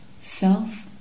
Self